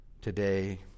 today